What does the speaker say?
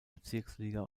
bezirksliga